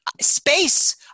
space